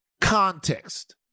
context